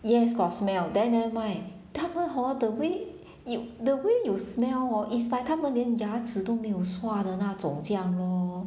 yes got smell then nevermind 他们 hor the way you the way you smell hor is like 他们连牙齿都没有刷的那种这样 lor